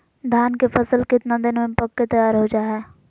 धान के फसल कितना दिन में पक के तैयार हो जा हाय?